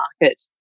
market